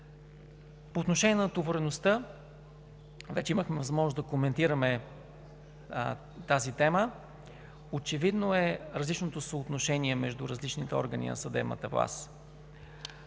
По отношение на натовареността – вече имахме възможност да коментираме тази тема. Очевидно е различното съотношение между различните органи на съдебната власт.